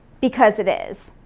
because it is.